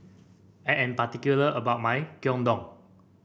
I am particular about my Gyudon